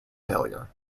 failure